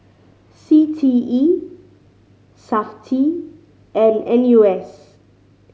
C T E Safti and N U S